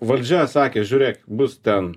valdžia sakė žiūrėk bus ten